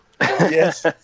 yes